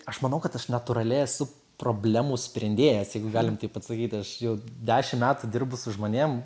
aš manau kad aš natūraliai esu problemų sprendėjas jeigu galim taip atsakyti aš jau dešim metų dirbu su žmonėm